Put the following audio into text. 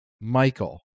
Michael